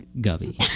gubby